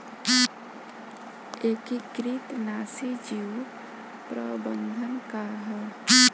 एकीकृत नाशी जीव प्रबंधन का ह?